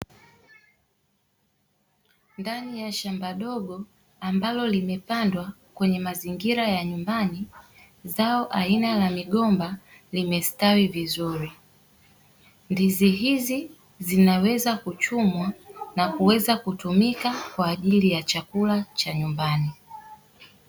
Ndani ya shamba dogo ambalo limepandwa kwenye mazingira ya nyumbani, zao aina ya migomba limestawi vizuri. Ndizi hizi zinaweza kuchumwa na kuweza kutumika kwa ajili ya chakula cha nyumbani.